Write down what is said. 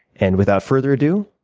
and without further ado,